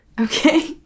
Okay